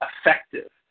effective